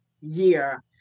year